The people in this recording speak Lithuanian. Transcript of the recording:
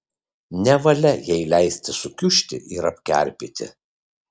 nevalia jai leisti sukiužti ir apkerpėti